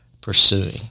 pursuing